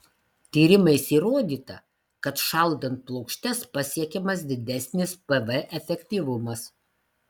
tyrimais įrodyta kad šaldant plokštes pasiekiamas didesnis pv efektyvumas